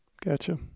Gotcha